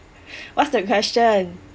what's the question